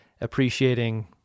appreciating